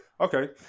Okay